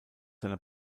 seiner